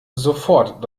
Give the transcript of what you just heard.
sofort